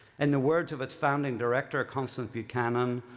and the words of its founding director, constance buchanan,